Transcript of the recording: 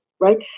right